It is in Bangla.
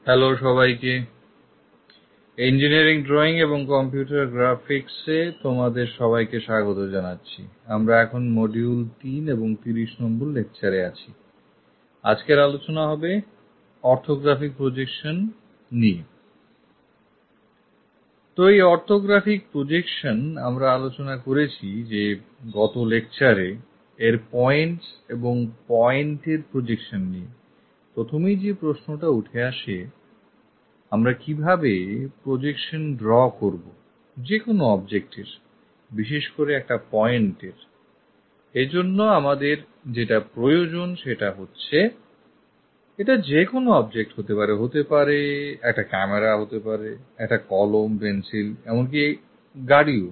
হ্যালো সবাইকেI NPTEL ইঞ্জিনিয়ারিং ড্রইং এবং কম্পিউটার গ্রাফিক্স এএ তোমাদের সবাইকে স্বাগত জানাচ্ছিI আমরা এখন module 3 এবং 30 নম্বর lectureএ আছিI আজকের আলোচনা হবে অর্থগ্রফিক প্রজেকশন নিয়েI তো এই অর্থগ্রফিক প্রজেকশন আমরা আলোচনা করেছি গত lectureএর points এবং pointএর projection নিয়েI প্রথমেই যে প্রশ্ন টা উঠে আসে আমরা কিভাবে projection draw করব যেকোনো object এর বিশেষ করে একটা point এরI এজন্য আমাদের যেটা প্রয়োজন সেটা হচ্ছে এটা যেকোনো object হতে পারে হতে পারে একটা camera হতে পারে একটা কলম পেন্সিল অথবা এমনকি গাড়িও